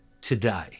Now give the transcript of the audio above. Today